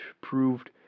proved